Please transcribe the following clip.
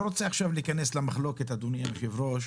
רוצה להיכנס עכשיו למחלוקת אדוני היושב ראש,